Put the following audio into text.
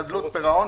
כחדלות פירעון,